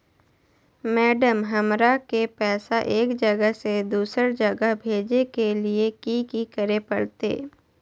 Madam, हमरा के पैसा एक जगह से दुसर जगह भेजे के लिए की की करे परते?